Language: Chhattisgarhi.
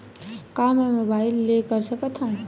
का मै मोबाइल ले कर सकत हव?